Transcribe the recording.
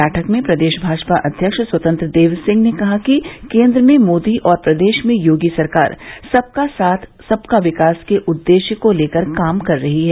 बैठक में प्रदेश भाजपा अध्यक्ष स्वतंत्र देव सिंह ने कहा कि केन्द्र में मोदी और प्रदेश में योगी सरकार सबका साथ सबका विकास के उददेश्य को लेकर काम कर रही है